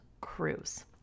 Cruise